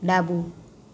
ડાબું